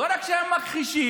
לא רק שהם מכחישים,